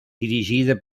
dirigida